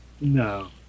No